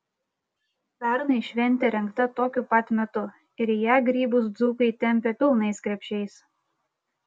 pernai šventė rengta tokiu pat metu ir į ją grybus dzūkai tempė pilnais krepšiais